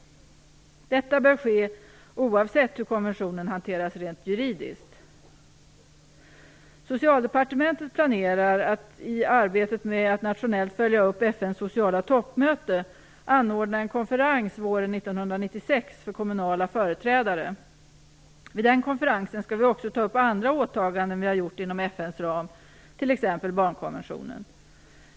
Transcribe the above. Detta bör ske oavsett hur konventionen hanteras rent juridiskt. Socialdepartementet planerar att, i arbetet med att nationellt följa upp FN:s sociala toppmöte, anordna en konferens våren 1996 för kommunala företrädare. Vid den konferensen skall vi också ta upp andra åtaganden vi har gjort inom FN:s ram, t.ex. barnkonventionen.